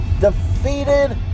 defeated